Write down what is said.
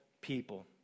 people